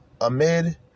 amid